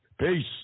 Peace